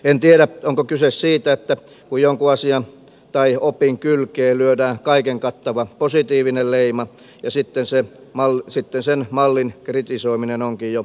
en tiedä onko kyse siitä että kun jonkun asian tai opin kylkeen lyödään kaikenkattava positiivinen leima niin sitten sen mallin kritisoiminen onkin jo uskallettua